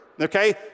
Okay